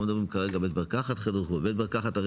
חדר שהוא בית מרקחת,